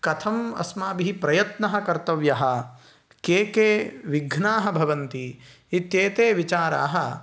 कथम् अस्माभिः प्रयत्नः कर्तव्यः के के विघ्नाः भवन्ति इत्येते विचाराः